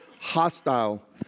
hostile